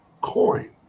coin